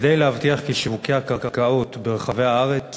כדי להבטיח כי שיווקי הקרקעות ברחבי הארץ